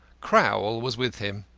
crowl was with him.